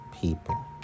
people